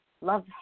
Love